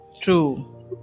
True